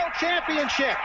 championship